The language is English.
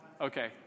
Okay